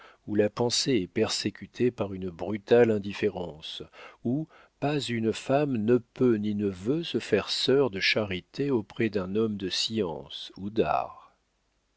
où la pensée est persécutée par une brutale indifférence où pas une femme ne peut ni ne veut se faire sœur de charité auprès d'un homme de science ou d'art